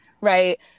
Right